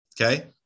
okay